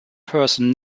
person